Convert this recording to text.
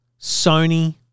Sony